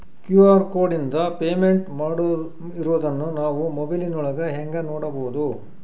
QR ಕೋಡಿಂದ payment ಮಾಡಿರೋದನ್ನ ನಾವು ಮೊಬೈಲಿನೊಳಗ ಹೆಂಗ ನೋಡಬಹುದು?